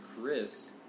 Chris